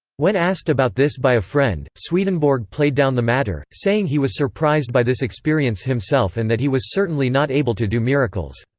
when asked about this by a friend, swedenborg played down the matter, saying he was surprised by this experience himself and that he was certainly not able to do miracles.